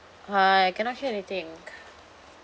I cannot hear anything